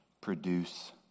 produce